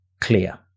clear